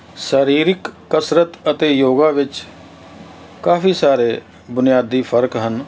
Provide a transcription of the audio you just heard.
ਸਰੀਰਕ ਕਸਰਤ ਅਤੇ ਯੋਗਾ ਵਿੱਚ ਕਾਫੀ ਸਾਰੇ ਬੁਨਿਆਦੀ ਫਰਕ ਹਨ